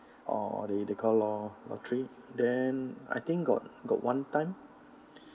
or they they call lot~ lottery then I think got got one time